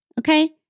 Okay